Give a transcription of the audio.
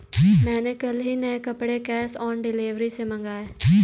मैंने कल ही नए कपड़े कैश ऑन डिलीवरी से मंगाए